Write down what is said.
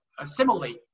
assimilate